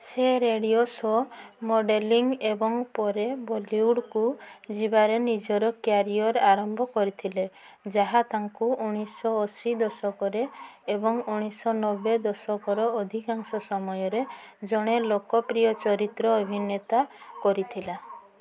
ସେ radio show modelling ଏବଂ ପରେ ବଲିଉଡ଼କୁ ଯିବାରେ ନିଜର କ୍ୟାରିଅର୍ ଆରମ୍ଭ କରିଥିଲେ ଯାହା ତାଙ୍କୁ ଉଣେଇଶଶହ ଅଶୀ ଦଶକରେ ଏବଂ ଉଣେଇଶଶହ ନବେ ଦଶକର ଅଧିକାଂଶ ସମୟରେ ଜଣେ ଲୋକପ୍ରିୟ ଚରିତ୍ର ଅଭିନେତା କରିଥିଲା